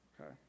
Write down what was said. Okay